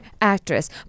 actress